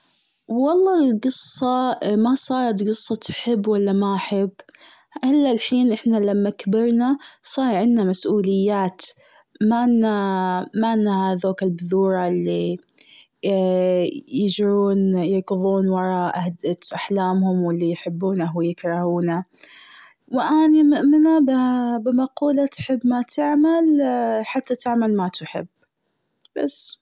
والله القصة ما صارت قصة حب و لا ما أحب. الإ الحين احنا لما كبرنا صار عنا مسؤوليات. ما-لنا- ما لنا هذوك البذورة اللي يجرون يركضون وراء احلامهم واللي يحبونه ويكرهونه. و إني من- مؤمنة بمقولة حب ما تعمل حتى تعمل ما تحب، بس.